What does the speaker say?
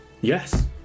Yes